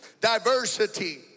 diversity